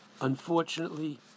unfortunately